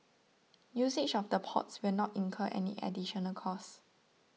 usage of the ports will not incur any additional cost